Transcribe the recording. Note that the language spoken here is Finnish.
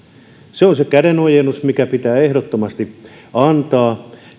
se on se kädenojennus mikä pitää ehdottomasti antaa